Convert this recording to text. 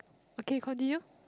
okay continue